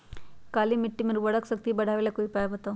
काली मिट्टी में उर्वरक शक्ति बढ़ावे ला कोई उपाय बताउ?